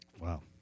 Wow